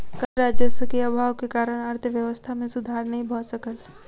कर राजस्व के अभाव के कारण अर्थव्यवस्था मे सुधार नै भ सकल